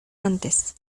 antes